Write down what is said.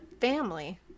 family